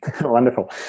Wonderful